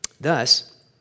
Thus